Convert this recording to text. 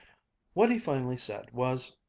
what he finally said was